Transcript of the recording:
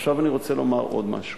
עכשיו אני רוצה לומר עוד משהו.